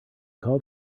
call